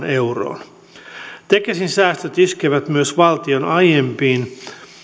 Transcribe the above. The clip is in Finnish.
euroon tekesin säästöt iskevät myös valtion aiemmin